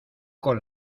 con